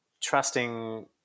trusting